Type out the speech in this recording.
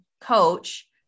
coach